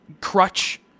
crutch